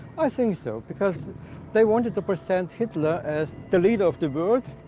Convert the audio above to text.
i think so, because they wanted to present hitler as the leader of the world,